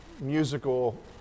musical